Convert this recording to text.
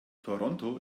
toronto